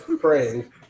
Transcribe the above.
praying